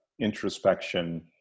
introspection